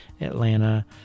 Atlanta